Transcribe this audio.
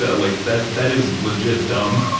ah like but that is legit dumb,